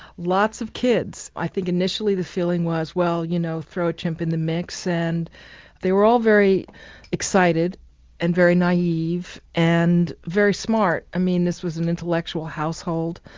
lots of kids, i think initially the feeling was well you know throw a chimp in the mix and they were all very excited and very naive and very smart. i mean this was an intellectual household,